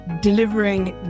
delivering